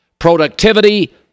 Productivity